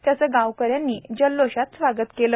त्याचं गावकऱ्यांनी जल्लोषात स्वागतही केलं